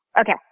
Okay